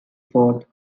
fort